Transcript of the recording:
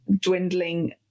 dwindling